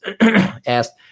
Asked